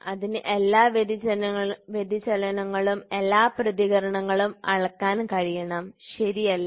അതിനു എല്ലാ വ്യതിചലനങ്ങളും എല്ലാ പ്രതികരണങ്ങളും അളക്കാൻ കഴിയണം ശരിയല്ലേ